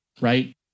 right